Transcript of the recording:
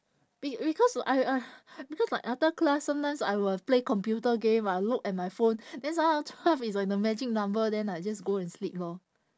be~ because I uh because like after class sometimes I will play computer game I'll look at my phone then sometimes twelve is like the magic number then I just go and sleep lor